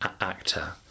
actor